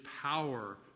power